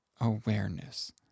Awareness